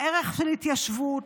ערך ההתיישבות.